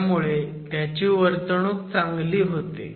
ह्यामुळे त्याची वर्तवणूक चांगली होते